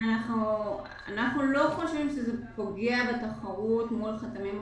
אנחנו לא חושבים שזה פוגע בתחרות מול חתמים אחרים.